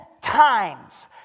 times